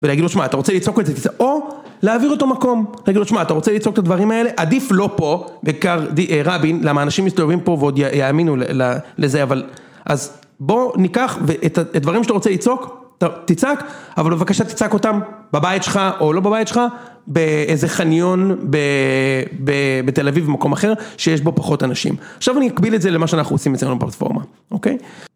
ולהגיד לו, שמע, אתה רוצה לצעוק את זה, או להעביר אותו מקום, להגיד לו, שמע, אתה רוצה לצעוק את הדברים האלה, עדיף לא פה, בעיקר רבין, למה אנשים מסתובבים פה ועוד יאמינו לזה, אבל אז בוא ניקח את הדברים שאתה רוצה לצעוק, תצעק, אבל בבקשה תצעק אותם בבית שלך או לא בבית שלך, באיזה חניון בתל אביב, מקום אחר, שיש בו פחות אנשים. עכשיו אני אקביל את זה למה שאנחנו עושים אצלנו, בפלטפורמה, אוקיי?